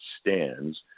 stands